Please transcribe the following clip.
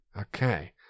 Okay